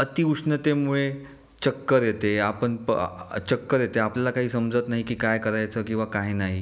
अति उष्णतेमुळे चक्कर येते आपण प चक्कर येते आपल्याला काही समजत नाही की काय करायचं किंवा काय नाही